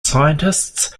scientists